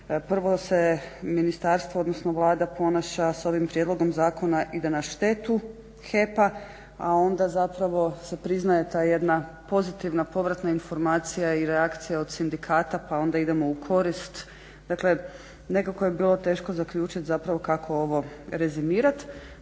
prvo se ministarstvo odnosno Vlada ponaša s ovim prijedlogom zakona ide na štetu HEP-a a onda se priznaje ta jedna pozitivna povratna informacija i reakcija od sindikata pa onda idemo u korist. Dakle nekako je bilo teško zaključiti kako ovo rezimirati